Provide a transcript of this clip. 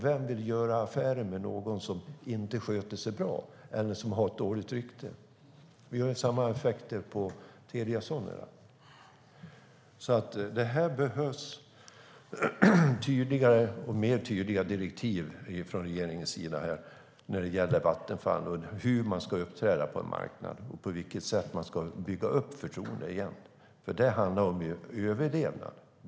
Vem vill göra affärer med någon som inte sköter sig bra eller som har ett dåligt rykte? Det är samma effekt när det gäller Telia Sonera. Här behövs tydligare direktiv från regeringen till Vattenfall om hur man ska uppträda på en marknad och på vilket sätt man ska bygga upp förtroendet igen. Det handlar om överlevnad.